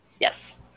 Yes